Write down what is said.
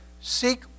seek